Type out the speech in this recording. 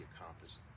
accomplished